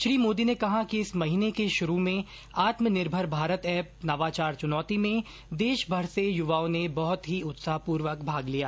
श्री मोदी ने कहा कि इस महीने के शुरू में आत्मनिर्भर भारत ऐप नवाचार चुनौती में देशभर से युवाओं ने बहत ही उत्साहपूर्वक भाग लिया